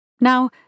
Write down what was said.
Now